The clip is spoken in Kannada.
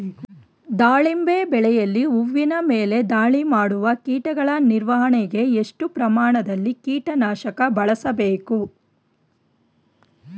ದಾಳಿಂಬೆ ಬೆಳೆಯಲ್ಲಿ ಹೂವಿನ ಮೇಲೆ ದಾಳಿ ಮಾಡುವ ಕೀಟಗಳ ನಿರ್ವಹಣೆಗೆ, ಎಷ್ಟು ಪ್ರಮಾಣದಲ್ಲಿ ಕೀಟ ನಾಶಕ ಬಳಸಬೇಕು?